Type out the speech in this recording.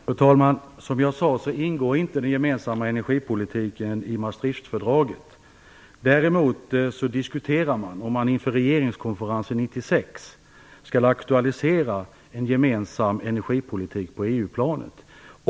Fru talman! Som jag sade ingår inte den gemensamma energipolitiken i Maastrichtfördraget. Däremot diskuterar man om man inför regeringskonferensen 1996 skall aktualisera en gemensam energipolitik på EU-planet.